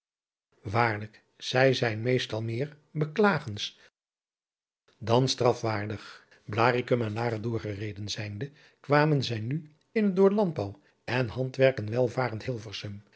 waarlijk zij zijn meestal meer belagens dan strafwaardig blaricum en laren doorgereden zijnde kwamen zij nu in het door landbouw en handwerken welvarend